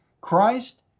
Christ